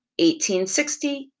1860